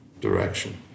direction